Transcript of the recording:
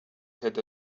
had